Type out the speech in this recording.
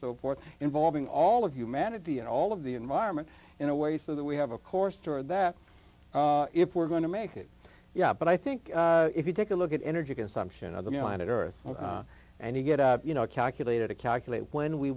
so forth involving all of humanity and all of the environment in a way so that we have a core story that if we're going to make it yeah but i think if you take a look at energy consumption of the meal on earth and you get a you know a calculator to calculate when we